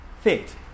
fit